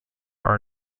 are